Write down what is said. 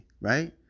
right